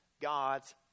God's